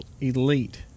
elite